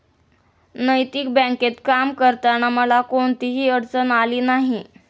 नैतिक बँकेत काम करताना मला कोणतीही अडचण आली नाही